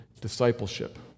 Discipleship